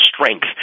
strength